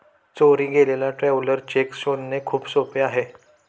चोरी गेलेला traveller cheque शोधणे खूप सोपे आहे